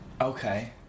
Okay